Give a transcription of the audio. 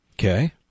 Okay